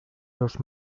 los